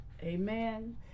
amen